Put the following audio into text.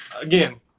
again